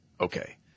Okay